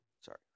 sorry